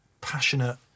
passionate